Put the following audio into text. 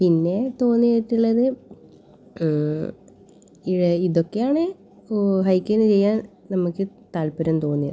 പിന്നെ തോന്നിയിട്ടുള്ളത് ഇഴ ഇതൊക്കെയാണ് ഹൈക്കിങ് ചെയ്യാൻ നമുക്ക് താല്പര്യം തോന്നിയത്